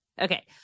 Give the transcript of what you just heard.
Okay